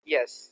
Yes